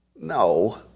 No